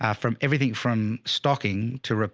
um from everything, from stocking to re,